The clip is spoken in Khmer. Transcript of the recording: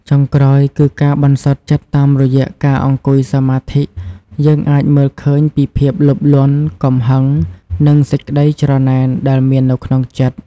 ចុងក្រោយគឺ ការបន្សុទ្ធចិត្ត តាមរយៈការអង្គុយសមាធិ យើងអាចមើលឃើញពីភាពលោភលន់ កំហឹង និងសេចក្តីច្រណែនដែលមាននៅក្នុងចិត្ត។